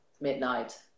midnight